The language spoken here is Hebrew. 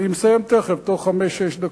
אני מסיים תיכף, בתוך חמש-שש דקות.